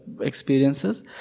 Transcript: experiences